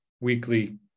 weekly